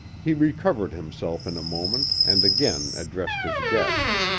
he recovered himself in a moment and again addressed his guest.